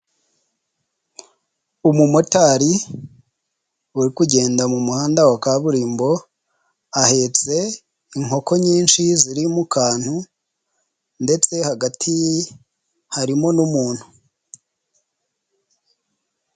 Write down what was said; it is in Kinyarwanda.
Umumotari uri kugenda mu muhanda wa kaburimbo ahetse inkoko nyinshi ziri mu kantu ndetse hagati harimo n'umuntu.